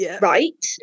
Right